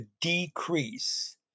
decrease